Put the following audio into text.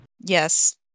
Yes